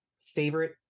favorite